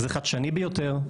זה חדשני ביותר,